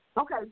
Okay